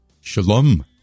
Shalom